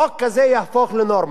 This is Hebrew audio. חוק כזה יהפוך לנורמה,